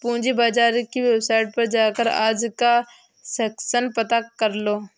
पूंजी बाजार की वेबसाईट पर जाकर आज का सेंसेक्स पता करलो